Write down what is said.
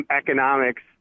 economics